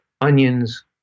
onions